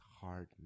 hard